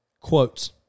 quotes